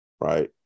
right